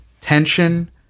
tension